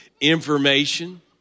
Information